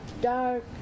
dark